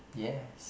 yes